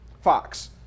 Fox